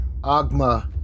Agma